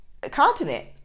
continent